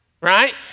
right